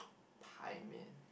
time it